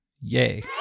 yay